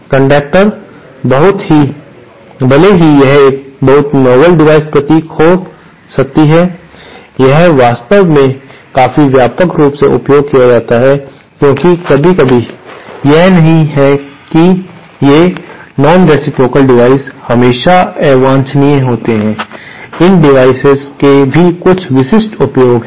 conductor भले ही यह एक बहुत ही नावेल डिवाइस प्रतीत हो सकता है यह वास्तव में काफी व्यापक रूप से उपयोग किया जाता है क्योंकि कभी कभी यह नहीं है कि ये नोनरेसिप्रोकाल डिवाइस हमेशा अवांछनीय होते हैं इन डिवाइसेस के कुछ बहुत विशिष्ट उपयोग हैं